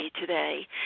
today